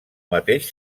mateix